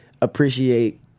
appreciate